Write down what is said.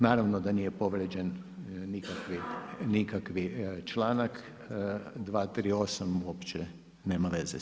Naravno da nije povrijeđen nikakvi članak, 238. uopće nema veze s